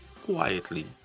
quietly